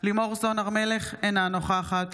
לימור סון הר מלך, אינה נוכחת